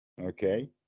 Okay